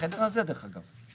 בחדר הזה דרך אגב,